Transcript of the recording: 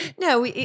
No